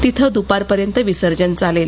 तिथं दुपारपर्यंत विसर्जन चालेल